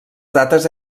dates